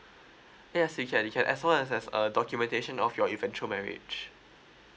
yes you can you can as long as there's uh documentation of your eventual marriage